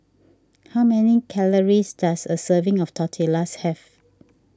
how many calories does a serving of Tortillas have